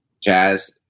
jazz